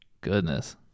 Goodness